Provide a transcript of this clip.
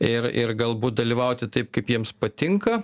ir ir galbūt dalyvauti taip kaip jiems patinka